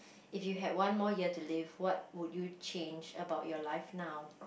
if you had one more year to live what would you change about your life now